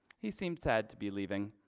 he seemed sad to be leaving.